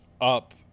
up